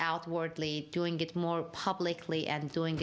outwardly doing it more publicly addling